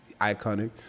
iconic